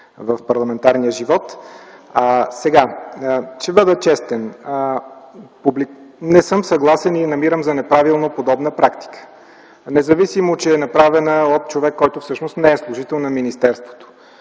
в парламентарния живот. Ще бъда честен. Не съм съгласен и намирам за неправилна подобна практика. Независимо, че е направена от човек, който всъщност не е служител на министерството.